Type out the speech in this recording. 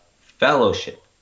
fellowship